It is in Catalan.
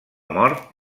mort